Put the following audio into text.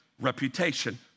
reputation